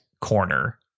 corner